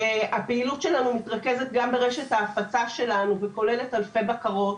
הפעילות שלנו מתרכזת גם ברשת ההפצה שלנו וכוללת אלפי בקרות,